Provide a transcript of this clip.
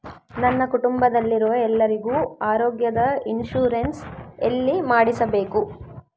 ನನ್ನ ಕುಟುಂಬದಲ್ಲಿರುವ ಎಲ್ಲರಿಗೂ ಆರೋಗ್ಯದ ಇನ್ಶೂರೆನ್ಸ್ ಎಲ್ಲಿ ಮಾಡಿಸಬೇಕು?